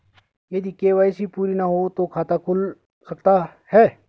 यदि के.वाई.सी पूरी ना हो तो खाता खुल सकता है?